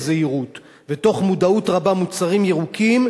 זהירות ותוך מודעות רבה מוצרים ירוקים,